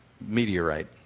meteorite